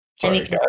Sorry